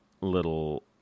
little